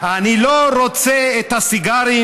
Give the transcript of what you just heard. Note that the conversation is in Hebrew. אני לא רוצה את הסיגרים,